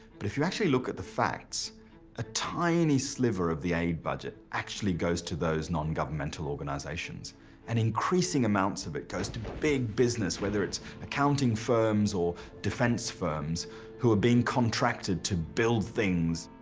but if you actually look at the facts a tiny sliver of the aid budget actually goes to those non-governmental organizations and increasing amounts of it goes to big business whether it's accounting firms or defense firms who have been contracted to build things.